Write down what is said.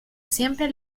siempre